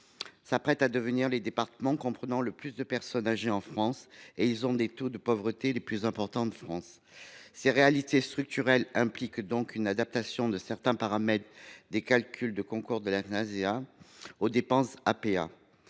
s’apprêtent à devenir les départements comprenant le plus de personnes âgées en France, alors qu’ils ont les taux de pauvreté les plus importants de France. Ces réalités structurelles impliquent donc une adaptation de certains paramètres des calculs de concours de la CNSA aux dépenses d’APA.